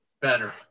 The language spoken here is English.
better